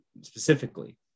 specifically